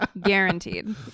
Guaranteed